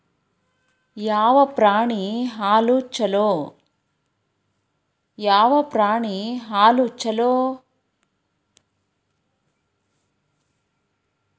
ಯಾವ ಪ್ರಾಣಿ ಹಾಲು ಛಲೋ?